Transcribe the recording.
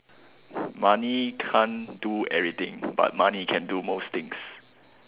money can't do everything but money can do most things